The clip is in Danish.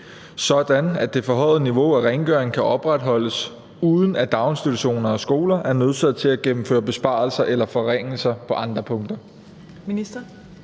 sådan at det forhøjede niveau af rengøring kan opretholdes, uden at daginstitutioner og skoler er nødsaget til at gennemføre besparelser eller forringelser på andre punkter?